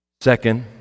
Second